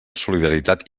solidaritat